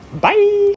Bye